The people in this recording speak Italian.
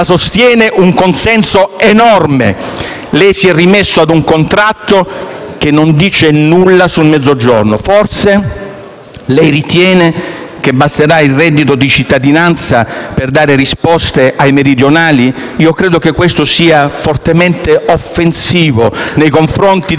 dal Gruppo FI-BP)*. Lei si è rimesso a un contratto che non dice nulla sul Mezzogiorno. Forse lei ritiene che basterà il reddito di cittadinanza per dare risposte ai meridionali? Credo che questo sia fortemente offensivo nei confronti delle